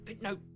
no